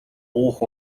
уух